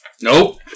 Nope